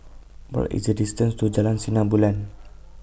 What IS The distance to Jalan Sinar Bulan